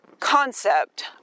Concept